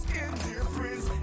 indifference